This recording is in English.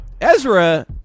Ezra